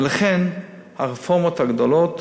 ולכן הרפורמות הגדולות